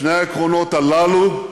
שני העקרונות הללו,